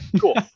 cool